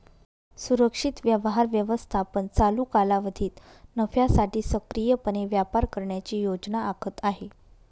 सुरक्षित व्यवहार व्यवस्थापन चालू कालावधीत नफ्यासाठी सक्रियपणे व्यापार करण्याची योजना आखत आहे